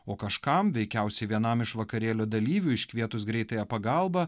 o kažkam veikiausiai vienam iš vakarėlio dalyvių iškvietus greitąją pagalbą